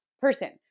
person